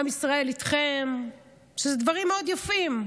עם ישראל איתכם, דברים מאוד יפים,